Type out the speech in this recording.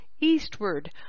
eastward